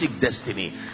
destiny